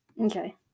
okay